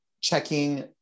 Checking